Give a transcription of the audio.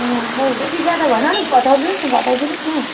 ला हौ अलि ज्यादा भएन अलि घटाउनुहोस् घटाइ दिनुहोस् न हौ